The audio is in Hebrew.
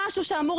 השמירה